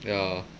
ya